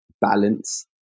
balance